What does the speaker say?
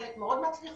חלק מאוד מצליחות,